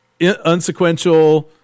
unsequential